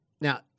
Now